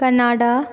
Canada